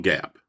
Gap